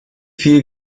viel